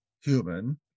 human